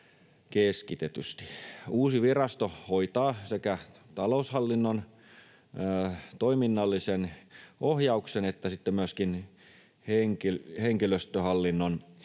Uusi virasto hoitaa sekä taloushallinnon, toiminnallisen ohjauksen että myöskin henkilöstöhallinnon,